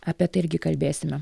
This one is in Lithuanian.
apie tai irgi kalbėsime